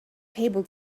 table